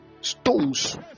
Stones